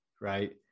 right